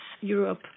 Europe